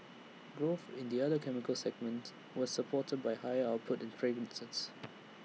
growth in the other chemicals segment was supported by higher output in fragrances